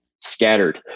scattered